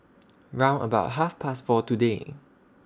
round about Half Past four today